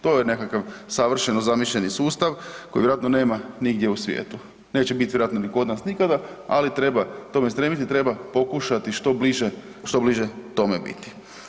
To je nekakav savršeno zamišljeni sustav koji vjerojatno nema nigdje u svijetu, neće biti vjerojatno ni kod nas nikada, ali treba tome stremiti i treba pokušati što bliže, što bliže tome biti.